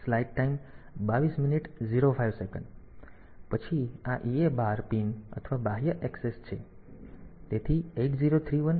પછી આ EA bar pin અથવા બાહ્ય ઍક્સેસ છે